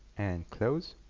and close